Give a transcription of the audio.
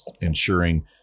ensuring